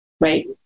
right